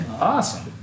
Awesome